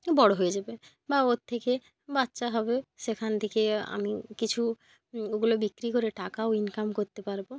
বড়ো হয়ে যাবে বা ওর থেকে বাচ্চা হবে সেখান থেকে আমি কিছু ওগুলো বিক্রি করে টাকাও ইনকাম করতে পারবো